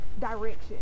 direction